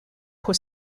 pour